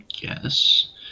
Yes